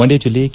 ಮಂಡ್ಕ ಜಿಲ್ಲೆ ಕೆ